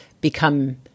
become